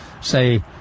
say